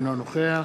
אינו נוכח